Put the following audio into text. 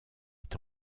est